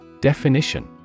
Definition